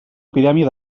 epidèmia